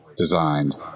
designed